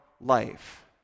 life